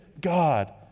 God